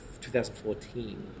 2014